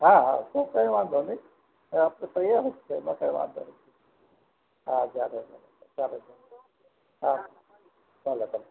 હા હા તો કંઈ વાંધી નહીં આપણે તૈયાર જ છે એમાં કાંઈ વાંધો નહીં હા હા ચાલો ચાલો હા ચાલો તો